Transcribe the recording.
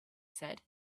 said